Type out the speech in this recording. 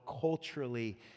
culturally